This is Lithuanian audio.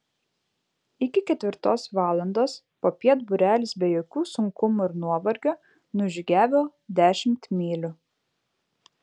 iki ketvirtos valandos popiet būrelis be jokių sunkumų ir nuovargio nužygiavo dešimt mylių